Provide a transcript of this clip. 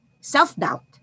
self-doubt